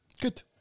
Good